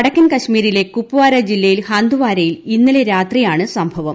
വടക്കൻ കാശ്മീരിലെ കുപ്വാര ജില്ലയിൽ ഹന്ദ്വാരയിൽ ഇന്നലെ രാത്രിയാണ് സംഭവം